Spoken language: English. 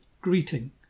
greeting